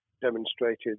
demonstrated